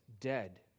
dead